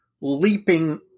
leaping